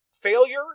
failure